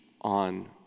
on